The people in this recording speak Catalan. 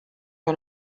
que